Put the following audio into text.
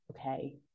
okay